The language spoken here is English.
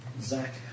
Zach